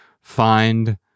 find